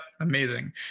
amazing